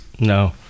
No